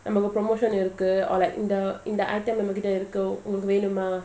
நமக்கு:namaku promotion இருக்கு:iruku or like in the in the இருக்குஉங்களுக்குவேணுமா:iruku ungaluku venuma